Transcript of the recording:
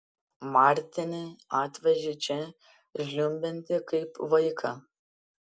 martinį atvežė čia žliumbiantį kaip vaiką